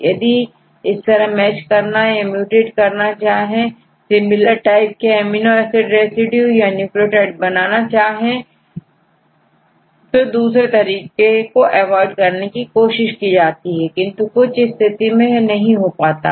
इस तरह यदि मैच करना या म्यूटेट करना चाहेसिमिलर टाइप के एमिनो एसिड रेसिड्यू या न्यूक्लियोटाइड बनाना चाहे तो दूसरे तरीके को अवॉइड करने की कोशिश की जाती है किंतु कुछ स्थिति में यह नहीं हो पाता